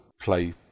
play